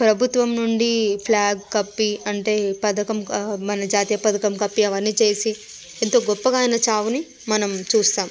ప్రభుత్వం నుండి ఫ్లాగ్ కప్పి అంటే పథకం క మన జాతీయ పథకం కప్పి అవన్నీ చేసి ఎంతో గొప్పగా ఆయన చావుని మనం చూస్తాం